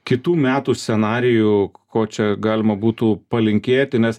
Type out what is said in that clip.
kitų metų scenarijų ko čia galima būtų palinkėti nes